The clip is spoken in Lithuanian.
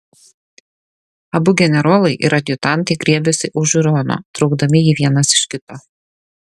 abu generolai ir adjutantai griebėsi už žiūrono traukdami jį vienas iš kito